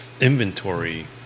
inventory